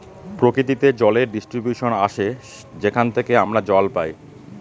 প্রকৃতিতে জলের ডিস্ট্রিবিউশন আসে যেখান থেকে আমরা জল পাই